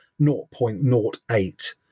0.08